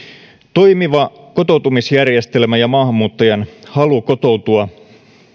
toimiva kotoutumisjärjestelmä ja maahanmuuttajan halu kotoutua